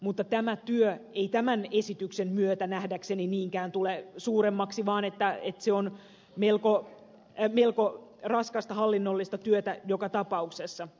mutta tämä työ ei tämän esityksen myötä nähdäkseni niinkään tule suuremmaksi vaan se on melko raskasta hallinnollista työtä joka tapauksessa